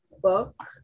book